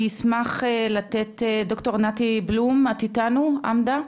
אני אשמח לתת לד"ר נתי בלום, את איתנו בזום,